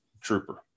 Trooper